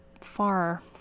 far